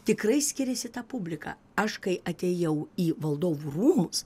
tikrai skiriasi ta publika aš kai atėjau į valdovų rūmus